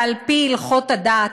ועל-פי הלכות הדת,